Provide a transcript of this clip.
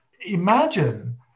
imagine